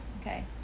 Okay